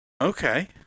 Okay